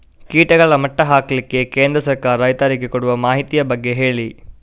ಕೀಟಗಳ ಮಟ್ಟ ಹಾಕ್ಲಿಕ್ಕೆ ಕೇಂದ್ರ ಸರ್ಕಾರ ರೈತರಿಗೆ ಕೊಡುವ ಮಾಹಿತಿಯ ಬಗ್ಗೆ ಹೇಳಿ